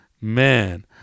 Man